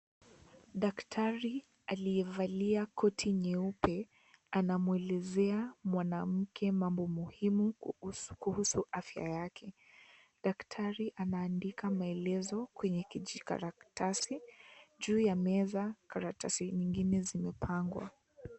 Daktari aliyevalia koti nyeupe. Anamwelezea mwanamke mambo muhimu kuhusu afya yake. Daktari anaandika maelezo kwenye kijikaratasi. Juu ya meza karatasi nyingine zimepangwa.